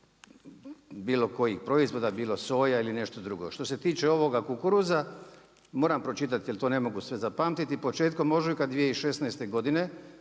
bilo koji proizvoda, bilo soja ili nešto drugo. Što se tiče ovoga kukuruza, moram pročitati, jer to ne mogu sve zapamtiti, početkom ožujka 2016. godine,